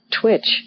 twitch